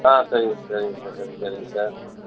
ஆ சரிங்க சரிங்க சார் சரிங்க சார் சரிங்க சார் சரிங்க சா